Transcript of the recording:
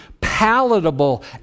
palatable